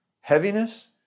heaviness